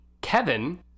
Kevin